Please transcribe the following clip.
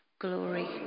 Glory